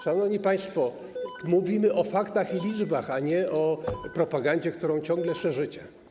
Szanowni państwo, mówimy o faktach i liczbach, a nie o propagandzie, którą ciągle szerzycie.